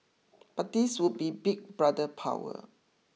but this would be Big Brother power